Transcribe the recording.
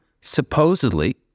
supposedly